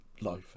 life